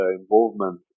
involvement